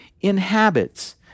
inhabits